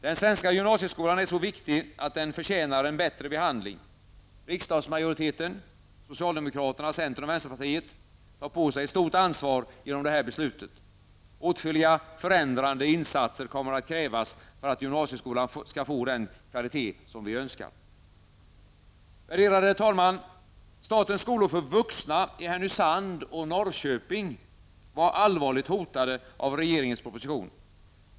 Den svenska gymnasieskolan är så viktig, den förtjänar en bättre behandling. Riksdagsmajoriteten -- socialdemokraterna, centern och vänsterpartiet -- tar på sig ett stort ansvar genom det här beslutet. Åtskilliga förändrande insatser kommer att krävas för att gymnasieskolan skall få den kvalitet som vi önskar. Värderade talman! Statens skolor för vuxna i Härnösand och Norrköping var allvarligt hotade av regeringens proposition.